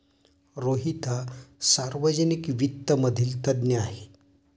रोहित हा सार्वजनिक वित्त मधील तज्ञ आहे